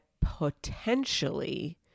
potentially